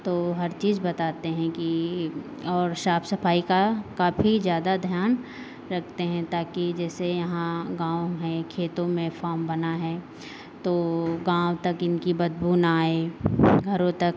तो हर चीज़ बताते हैं कि और साफ सफाई का काफ़ी ज़्यादा ध्यान रखते हैं ताकि जैसे यहाँ गाँव है खेतों में फ़ार्म बना है तो गाँव तक इनकी बदबू ना आए घरों तक